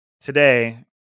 today